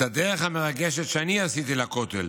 את הדרך המרגשת שאני עשיתי לכותל